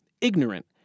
Ignorant